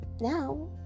now